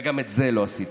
וגם את זה לא עשיתם.